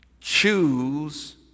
choose